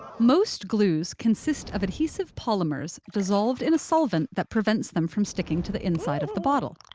most glues consist of adhesive polymers dissolved in a solvent that prevents them from sticking to the inside of the bottle.